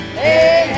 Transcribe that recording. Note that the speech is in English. hey